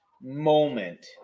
moment